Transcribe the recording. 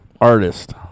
artist